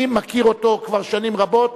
אני מכיר אותו כבר שנים רבות,